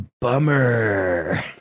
bummer